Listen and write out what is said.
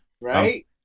Right